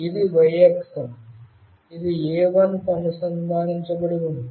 ఇది y అక్షం ఇది A1 కి అనుసంధానించబడి ఉంది